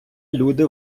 люди